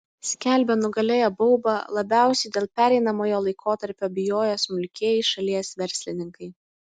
skelbia nugalėję baubą labiausiai dėl pereinamojo laikotarpio bijoję smulkieji šalies verslininkai